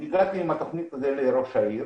הגעתי עם התוכנית הזאת לראש העיר